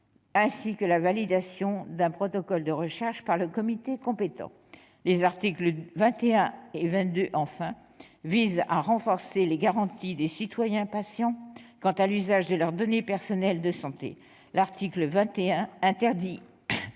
ainsi qu'à la validation d'un protocole de recherche par le comité compétent. Les articles 21 et 22, enfin, visent à renforcer les garanties des citoyens patients quant à l'usage de leurs données personnelles de santé. L'article 21 interdit